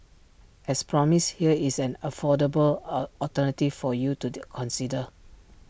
as promised here is an affordable A alternative for you to the consider